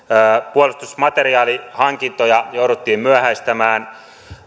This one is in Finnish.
puolustusmateriaalihankintoja jouduttiin myöhäistämään